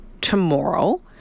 tomorrow